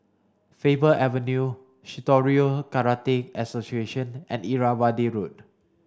Faber Avenue Shitoryu Karate Association and Irrawaddy Road